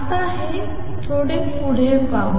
आता हे थोडे पुढे पाहू